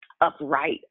upright